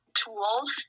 tools